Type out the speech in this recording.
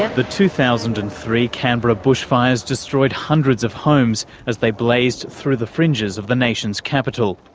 and the two thousand and three canberra bushfires destroyed hundreds of homes as they blazed through the fringes of the nation's capital.